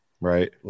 Right